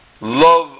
love